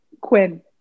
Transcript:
Quinn